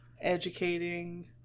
educating